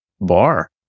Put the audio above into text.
bar